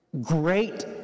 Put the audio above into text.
great